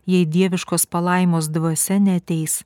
jei dieviškos palaimos dvasia neateis